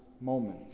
moment